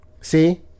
See